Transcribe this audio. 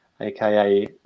aka